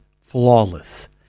flawless